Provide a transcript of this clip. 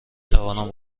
توانم